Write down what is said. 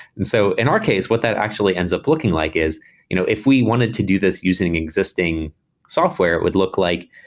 and so in our case, what that actually ends up looking like is you know if we wanted to do this using existing software would look like,